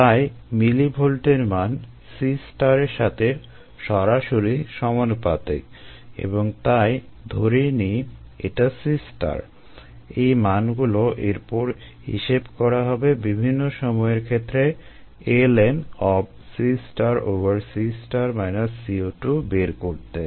তাই মিলিভোল্টের মান C এর সাথে সরাসরি সমানুপাতিক এবং তাই ধরে নিই এটা C এই মানগুলো এরপর হিসেব করা হবে বিভিন্ন সময়ের ক্ষেত্রে বের করতে